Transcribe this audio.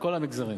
מכל המגזרים.